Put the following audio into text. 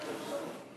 תודה.